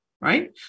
right